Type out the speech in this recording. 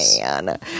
man